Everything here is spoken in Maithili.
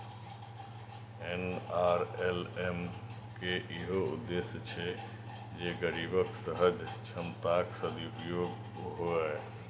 एन.आर.एल.एम के इहो उद्देश्य छै जे गरीबक सहज क्षमताक सदुपयोग हुअय